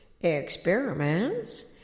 Experiments